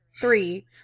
Three